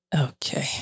okay